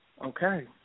Okay